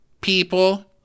people